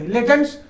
Legends